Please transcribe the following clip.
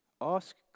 Ask